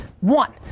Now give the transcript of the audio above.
One